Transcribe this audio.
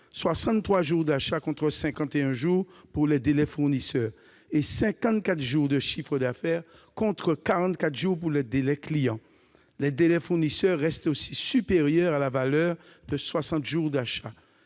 63 jours d'achat contre 51 jours pour les délais fournisseurs, et 54 jours de chiffre d'affaires contre 44 jours pour les délais clients. Les délais fournisseurs restent eux aussi supérieurs à la valeur de 60 jours d'achat